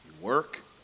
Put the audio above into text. work